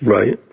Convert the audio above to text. Right